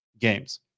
games